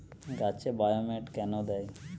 গাছে বায়োমেট কেন দেয়?